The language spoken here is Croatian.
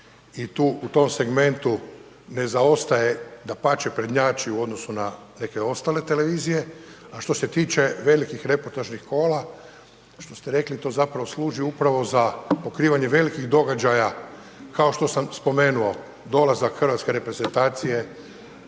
i u tom segmentu ne zaostaje, dapače prednjači u odnosu na neke ostale televizije. A što se tiče velikih reportažnih kola što ste rekli to zapravo služi upravo za pokrivanje velikih događaja kao što sam spomenuo, dolazak Hrvatske reprezentacije